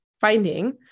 finding